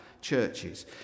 churches